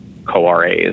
co-RAs